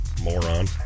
Moron